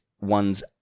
one's